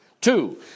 Two